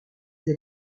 elle